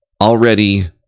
already